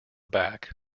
back